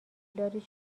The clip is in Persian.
دارید